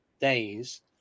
days